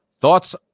Thoughts